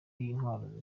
intwaro